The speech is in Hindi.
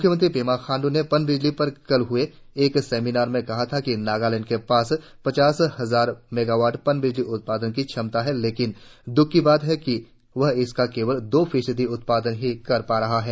मुख्यमंत्री पेमा खाण्डू ने पनबिजली पर कल हुए एक सेमिनार में कहा था कि नागालैंड के पास पचास हजार मेगावट पनबिजली उत्पादन की क्षमता है लेकिन दुख की बात है कि वह इसका केवल दो फीसदी उत्पादन ही कर पा रहा है